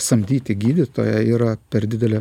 samdyti gydytoją yra per didelė